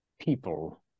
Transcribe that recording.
people